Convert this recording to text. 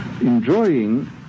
enjoying